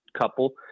couple